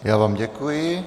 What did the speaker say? Já vám děkuji.